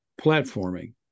platforming